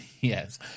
Yes